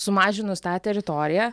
sumažinus tą teritoriją